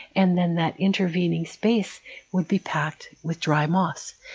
and then that intervening space would be packed with dry moss,